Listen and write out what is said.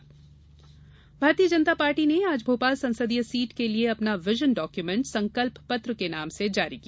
भाजपा संकल्प पत्र भारतीय जनता पार्टी ने आज भोपाल संसदीय सीट के लिए अपना विजन डाक्यूमेण्ट संकल्प पत्र के नाम से जारी किया